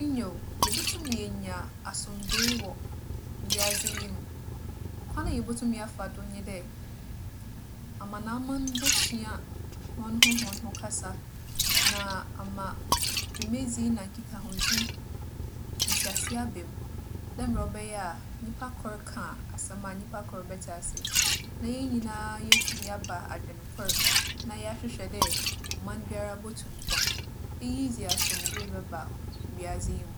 Nyew, yebotum yeenya asomdwee wͻ wiadze yi mu. Kwan a yebotum yɛafa do nye dɛ, amanaman bosua hͻnho hͻnho kasa, na ama dwumadzi na nkitahodzi ntseasee aba mu. Dɛ mbrɛ ͻbɛyɛ a nyimpakor ka asɛm a nyimpakor bɛtse ase, na hɛn nyina yeetum yɛaaba adwenkor. Na yɛahwehwɛ dɛ ͻman biara botu mpon. Iyi dze asomdwee bɛba wiadze yi mu.